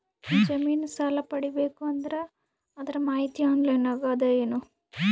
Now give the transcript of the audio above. ಜಮಿನ ಸಾಲಾ ಪಡಿಬೇಕು ಅಂದ್ರ ಅದರ ಮಾಹಿತಿ ಆನ್ಲೈನ್ ನಾಗ ಅದ ಏನು?